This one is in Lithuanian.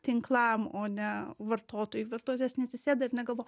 tinklam o ne vartotojui vartotojas neatsisėda ir negalvo